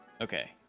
Okay